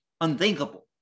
unthinkable